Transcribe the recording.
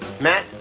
matt